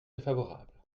défavorable